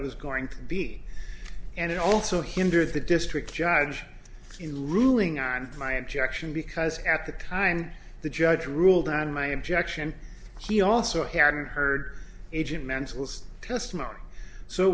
it was going to be and it also hindered the district judge in ruling on my objection because at the kind the judge ruled on my objection he also cared and heard agent mansell's testimony so